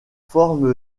forme